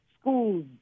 schools